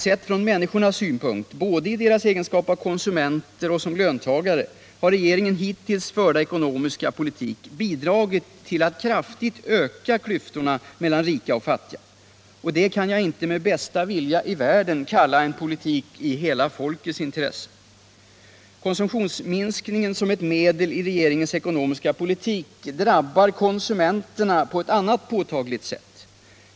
Sett från människornas synpunkt, både i deras egenskap av konsumenter och som löntagare, har regeringens hittills förda ekonomiska politik bidragit till att kraftigt öka klyftorna mellan rika och fattiga. Och detta kan jag inte med bästa vilja i världen kalla en politik i hela folkets intresse. Konsumtionsminskningen som ett medel i regeringens ekonomiska politik drabbar konsumenterna på ett annat påtagligt sätt.